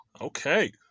Okay